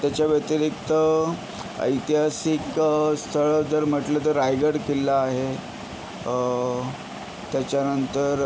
त्याच्या व्यतिरिक्त ऐतिहासिक स्थळं जर म्हटलं तर रायगड किल्ला आहे त्याच्यानंतर